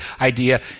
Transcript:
idea